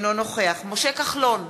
אינו נוכח משה כחלון,